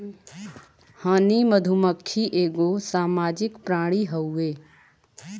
हनी मधुमक्खी एगो सामाजिक प्राणी हउवे